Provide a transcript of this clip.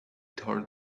told